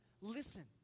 Listen